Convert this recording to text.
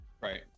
right